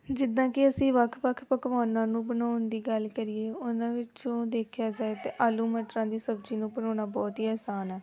ਜਿੱਦਾਂ ਕਿ ਅਸੀਂ ਵੱਖ ਵੱਖ ਪਕਵਾਨਾਂ ਨੂੰ ਬਣਾਉਣ ਦੀ ਗੱਲ ਕਰੀਏ ਉਹਨਾਂ ਵਿੱਚੋਂ ਦੇਖਿਆ ਜਾਏ ਤਾਂ ਆਲੂ ਮਟਰਾਂ ਦੀ ਸਬਜ਼ੀ ਨੂੰ ਬਣਾਉਣਾ ਬਹੁਤ ਹੀ ਆਸਾਨ ਹੈ